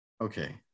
okay